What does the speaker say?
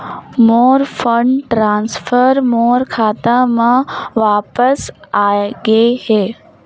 मोर fund transfer मोर खाता म वापस आ गे हे